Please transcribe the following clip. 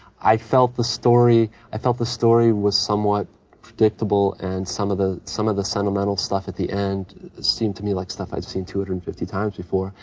i felt the story, i felt the story was somewhat predictable and some of the, some of the sentimental stuff at the end seemed to me like stuff i've seen two hundred and fifty times before.